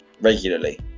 regularly